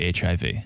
HIV